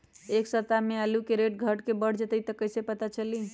एक सप्ताह मे आलू के रेट घट ये बढ़ जतई त कईसे पता चली?